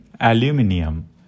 aluminium